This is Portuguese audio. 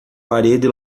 parede